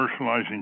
commercializing